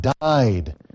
died